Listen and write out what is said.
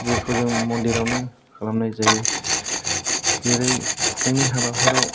जेखौ जों मन्दिरावनो खालामनाय जायो जेरै जोंनि हाबाफोराव